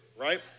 right